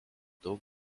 daug